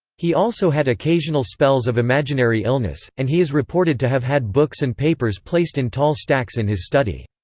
he also had occasional spells of imaginary illness, and he is reported to have had books and papers placed in tall stacks in his study.